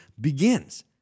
begins